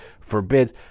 forbids